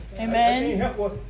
Amen